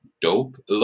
dope